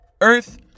Earth